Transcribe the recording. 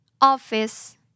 Office